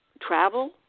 travel